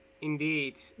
Indeed